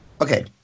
Okay